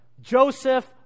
Joseph